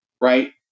right